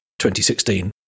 2016